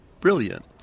brilliant